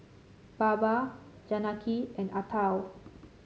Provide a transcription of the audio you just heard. Baba Janaki and Atal